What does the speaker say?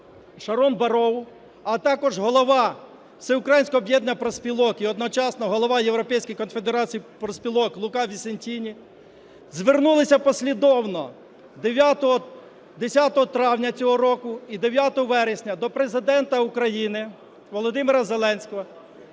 Шарон Барроу, а також Голова Всеукраїнського об'єднання профспілок і одночасно Голова Європейської конфедерації профспілок Лука Вісентіні звернулися послідовно 10 травня цього року і 9 вересня до Президента України Володимира Зеленського,